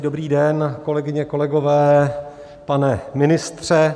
Dobrý den, kolegyně, kolegové, pane ministře.